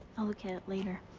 i'll look at it later.